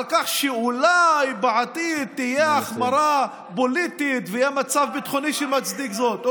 על כך שאולי בעתיד תהיה החמרה פוליטית ויהיה מצב ביטחוני שמצדיק זאת.